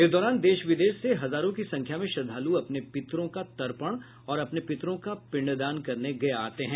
इस दौरान देश विदेश से हजारों की संख्या में श्रद्धालु अपने पितरों का तर्पण और अपने पितरों का पिंडदान करने गया आते हैं